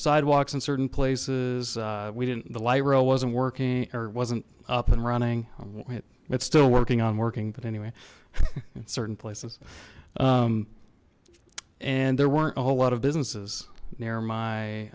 sidewalks in certain places we didn't the light rail wasn't working or wasn't up and running it's still working on working but anyway in certain places and there weren't a whole lot of businesses near my